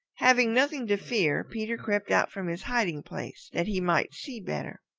having nothing to fear, peter crept out from his hiding place that he might see better.